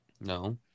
No